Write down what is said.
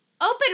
open